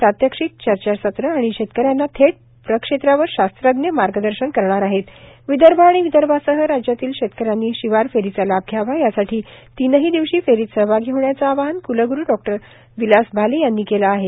प्रात्यक्षिकंए चर्चासत्र आणि शेतकऱ्यांना थेट प्रक्षेत्रावर शास्त्रज्ञ मार्गदर्शन करणार आहेत विदर्भ विदर्भासह राज्यातील शेतकऱ्यांनी शिवर फेरीचा लाभ घ्यावा यासाठी तिनही दिवशी फेरीत सहभागी होण्याचं आवाहन क्लग्रू डॉक्टर विलास भाले यांनी केलं आहे